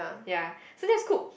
ya so that's cook